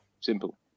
Simple